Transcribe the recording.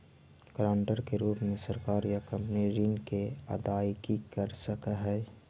guarantor के रूप में सरकार या कंपनी ऋण के अदायगी कर सकऽ हई